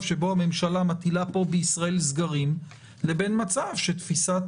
שבו הממשלה מטילה פה בישראל סגרים לבין מצב שתפיסת